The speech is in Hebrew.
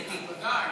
דידי לחמן-מסר.